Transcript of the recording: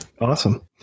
Awesome